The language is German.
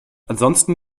ansonsten